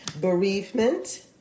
bereavement